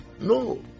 no